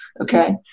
Okay